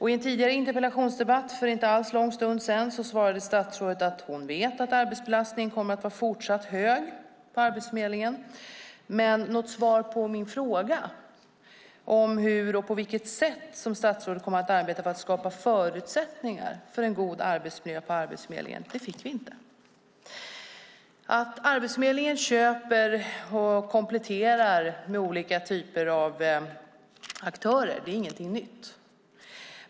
I en tidigare interpellationsdebatt för inte alls lång stund sedan svarade statsrådet att hon vet att arbetsbelastningen kommer att vara fortsatt hög på Arbetsförmedlingen. Men något svar på min fråga om på vilket sätt statsrådet kommer att arbeta för att skapa förutsättningar för en god arbetsmiljö på Arbetsförmedlingen fick vi inte. Att Arbetsförmedlingen köper och kompletterar med tjänster från olika typer av aktörer är ingenting nytt.